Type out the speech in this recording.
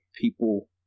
people